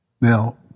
Now